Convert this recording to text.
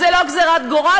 זאת לא גזרת גורל.